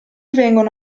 vengono